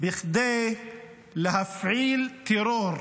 בכדי להפעיל טרור.